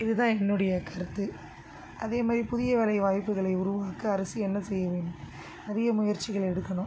இதுதான் என்னுடைய கருத்து அதேமாதிரி புதிய வேலை வாய்ப்புகளை உருவாக்க அரசு என்ன செய்ய வேண்டும் நிறைய முயற்சிகள் எடுக்கணும்